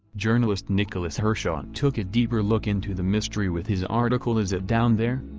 journalist nicholas hirshon took a deeper look into the mystery with his article is it down there.